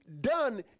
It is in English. done